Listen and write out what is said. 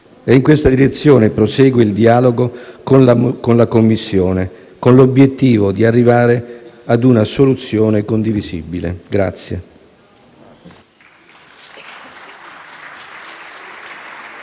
In tale direzione prosegue il dialogo con la Commissione, con l'obiettivo di arrivare a una soluzione condivisibile.